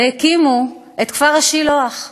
והם הקימו את כפר-השילוח.